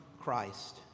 Christ